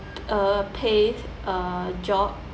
uh paid uh job